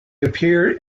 appeared